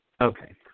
Okay